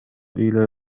إلى